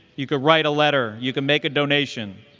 you can write a letter, you can make a donation.